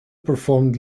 performed